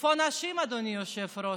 איפה הנשים, אדוני היושב-ראש?